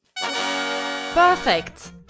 Perfect